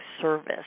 service